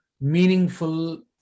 meaningful